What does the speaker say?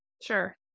Sure